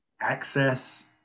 access